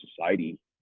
society